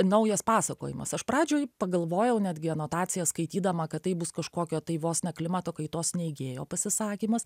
naujas pasakojimas aš pradžioj pagalvojau netgi anotaciją skaitydama kad tai bus kažkokio tai vos ne klimato kaitos neigėjo pasisakymas